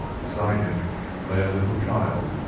beside him lay a little child,